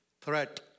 threat